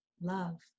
love